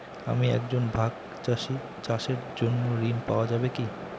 আমি একজন ভাগ চাষি চাষের জন্য ঋণ পাওয়া যাবে কি?